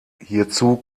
hierzu